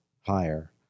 higher